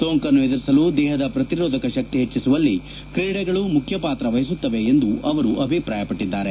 ಸೋಂಕನ್ನು ಎದುರಿಸಲು ದೇಹದ ಪ್ರತಿರೋಧಕ ಶಕ್ತಿ ಹೆಚ್ಚಿಸುವಲ್ಲಿ ಕ್ರೀಡೆಗಳು ಮುಖ್ಯ ಪಾತ್ರ ವಹಿಸುತ್ತವೆ ಎಂದು ಅವರು ಅಭಿಪ್ರಾಯ ಪಟ್ಟದ್ದಾರೆ